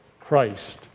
Christ